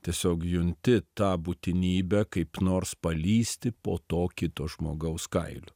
tiesiog junti tą būtinybę kaip nors palįsti po to kito žmogaus kailiu